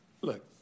Look